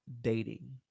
dating